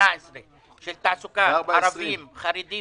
4.18 של תעסוקת ערבים, חרדים